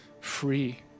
free